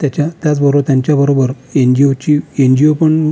त्याच्या त्याचबरोबर त्यांच्याबरोबर एन जी ओची एन जी ओ पण